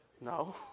No